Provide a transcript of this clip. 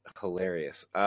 hilarious